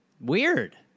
Weird